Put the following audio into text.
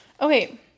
Okay